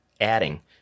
adding